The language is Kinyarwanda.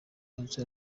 nzu